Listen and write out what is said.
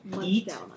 Eat